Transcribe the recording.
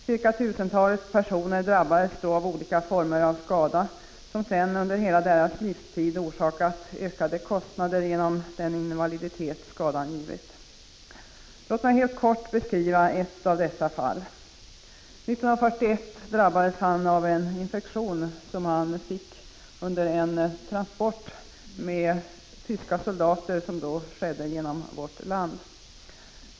Cirka tusentalet personer drabbades då av olika former av skador som sedan under hela deras livstid har orsakat ökade kostnader genom den invaliditet som skadan gett. Låt mig helt kort beskriva ett av dessa fall. År 1941 drabbades en man av en infektion under en transport av tyska soldater genom vårt land.